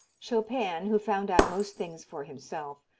chopin, who found out most things for himself,